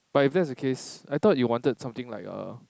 but if that's the case I thought you wanted something like uh